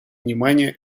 внимание